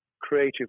creative